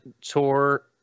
Tour